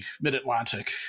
mid-Atlantic